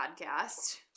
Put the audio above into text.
podcast